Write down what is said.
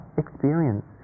experience